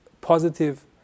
positive